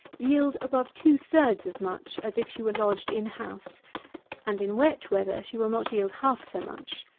yield above two-thirds as much as if she were lodged in house and in wet weather she will not yield half so much.